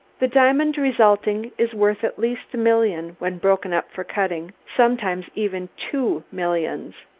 the diamond resulting is worth at least a million when broken up for cutting, sometimes even two millions.